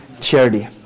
charity